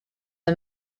the